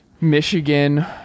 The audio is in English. Michigan